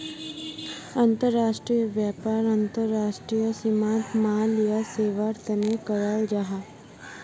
अंतर्राष्ट्रीय व्यापार अंतर्राष्ट्रीय सीमात माल या सेवार तने कराल जाहा